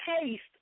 taste